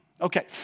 Okay